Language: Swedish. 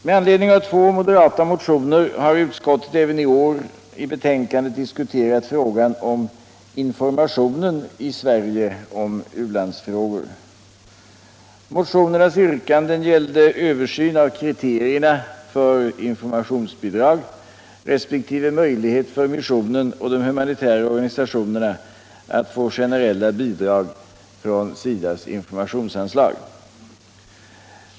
Med anledning av två moderata motioner har utskottet även i årets betänkande diskuterat frågan om informationen i Sverige om u-landsfrågor. Motionärernas yrkande gäller översyn av kriterierna för informationsbidrag resp. möjlighet för missionen och de humanitära organisationerna att få bidrag från SIDA:s informationsanslag.